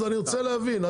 אז אני רוצה להבין,